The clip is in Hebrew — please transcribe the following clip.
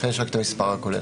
לכן יש לנו המספר הכולל.